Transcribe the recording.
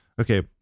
okay